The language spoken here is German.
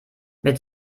mit